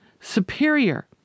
superior